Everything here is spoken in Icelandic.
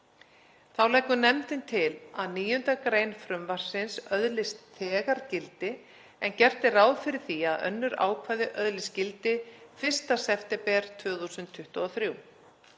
Þá leggur nefndin til að 9. gr. frumvarpsins öðlist þegar gildi en gert er ráð fyrir því að önnur ákvæði öðlist gildi 1. september 2023.